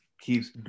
keeps